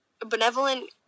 benevolent